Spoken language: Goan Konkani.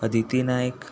अदिती नायक